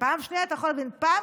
פעם